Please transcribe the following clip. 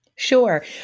Sure